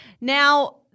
Now